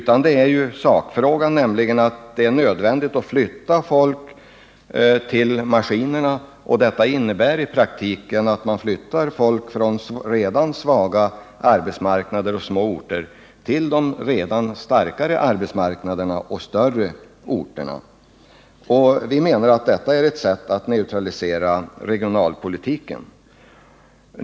Sakfrågan för moderaterna gäller att det är nödvändigt att flytta folk till maskinerna. Det innebär i praktiken att man flyttar folk från redan svaga arbetsmarknader på små orter till starkare arbetsmarknader på större orter. Det är ett sätt att neutralisera regionalpolitiken.